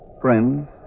Friends